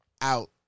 Out